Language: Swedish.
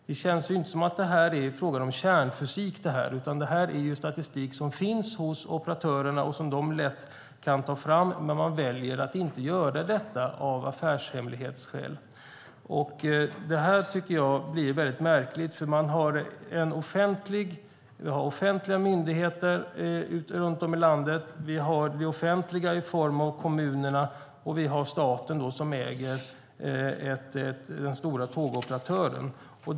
Det är ju inte precis fråga om kärnfysik, utan det gäller statistik som finns hos operatörerna och lätt kan tas fram, men de väljer att inte göra det av affärshemlighetsskäl. Det hela blir mycket märkligt. Vi har offentliga myndigheter runt om i landet, vi har det offentliga i form av kommunerna och vi har staten som äger den stora tågoperatören.